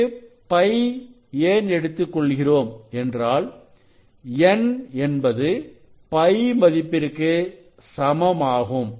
இங்கு π ஏன் எடுத்துக் கொள்கிறோம் என்றால் N என்பது π மதிப்பிற்கு சமமாகும்